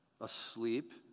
asleep